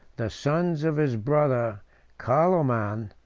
the sons of his brother carloman,